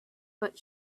but